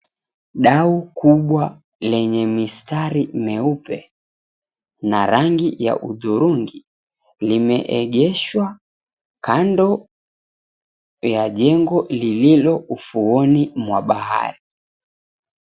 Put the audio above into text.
Dau kubwa lenye mistari meupe na rangi ya hudhurungi limeegeshwa kando ya jengo lililo ufuoni mwa bahari.